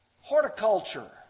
horticulture